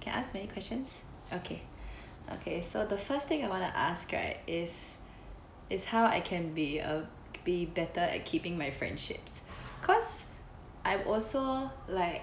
can ask many questions okay okay so the first thing I wanna ask right is is how I can be a be better at keeping my friendships cause I'm also like